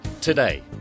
today